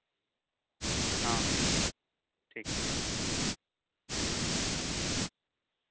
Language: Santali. ᱦᱚᱸ ᱴᱷᱤᱠ